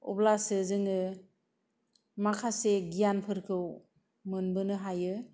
अब्लासो जोङो माखासे गियानफोरखौ मोनबोनो हायो